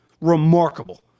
Remarkable